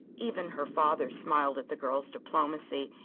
even her father smiled at the girl's diplomacy,